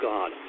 God